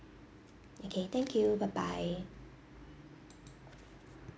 okay thank you bye bye